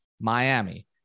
Miami